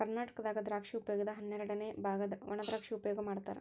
ಕರ್ನಾಟಕದಾಗ ದ್ರಾಕ್ಷಿ ಉಪಯೋಗದ ಹನ್ನೆರಡಅನೆ ಬಾಗ ವಣಾದ್ರಾಕ್ಷಿ ಉಪಯೋಗ ಮಾಡತಾರ